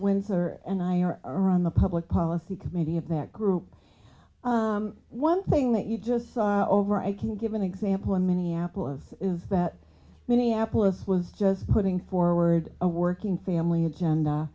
windsor and i are around the public policy committee of that group one thing that you just saw over i can give an example in minneapolis is that minneapolis was just putting forward a working family agenda